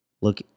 Look –